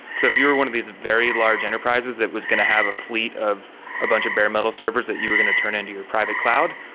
so if you were one of these very large enterprises that was going to have a fleet of a bunch of bare metal servers that you were going to turn into your private cloud,